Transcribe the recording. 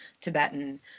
Tibetan